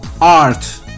art